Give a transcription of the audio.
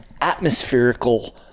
atmospherical